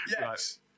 Yes